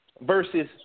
Versus